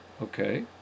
Okay